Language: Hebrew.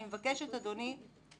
אני מבקשת, אדוני,